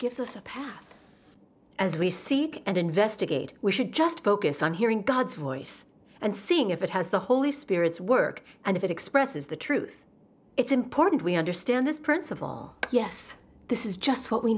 gives us a path as we seek and investigate we should just focus on hearing god's voice and seeing if it has the holy spirit's work and if it expresses the truth it's important we understand this principle yes this is just what we